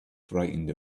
frightened